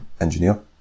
engineer